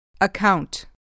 Account